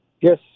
Yes